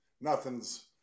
nothing's